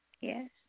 Yes